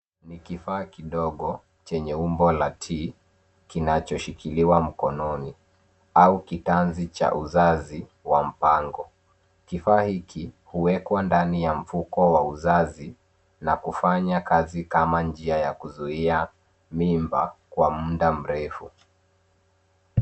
Ni kifaa kidogo chenye umbo la T, kinacho shikiliwa mkononi au kipanzi cha uzazi wa mpango. Kifaa hiki, huwekwa ndani ya mfuko wa uzazi na kufanya kazi kama njia ya kuzuia mimba kwa muda mrefu.